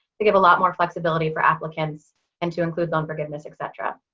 they give a lot more flexibility for applicants and to include loan forgiveness, etc.